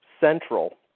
central